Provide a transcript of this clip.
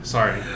Sorry